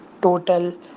total